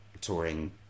touring